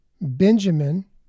Benjamin